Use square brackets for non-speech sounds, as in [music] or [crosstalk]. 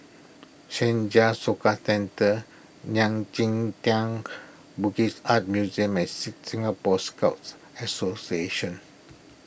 Senja Soka Centre [unintelligible] Tang Buddhist Art Museum and sing Singapore Scout Association